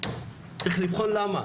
צריך לבחון למה.